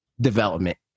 development